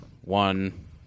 One